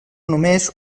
només